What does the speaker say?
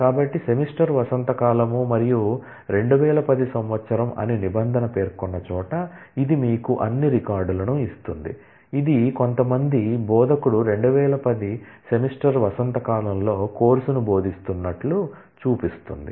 కాబట్టి semester spring మరియు సంవత్సరం 2010 అని నిబంధన పేర్కొన్న చోట ఇది మీకు అన్ని రికార్డులను ఇస్తుంది ఇది కొంతమంది బోధకుడు 2010 సెమిస్టర్ స్ప్రింగ్ లో కోర్సును బోధిస్తున్నట్లు చూపిస్తుంది